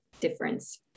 difference